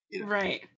Right